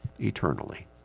eternally